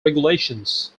regulations